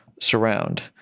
surround